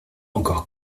encore